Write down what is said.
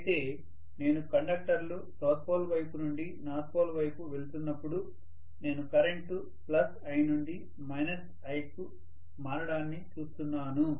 professor అయితే నేను కండక్టర్లు సౌత్ పోల్ వైపు నుండి నార్త్ పోల్ వైపు వెళ్తున్నప్పుడు నేను కరెంటు I నుండి I కు మారడాన్ని చూస్తున్నాను